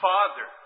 Father